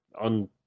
On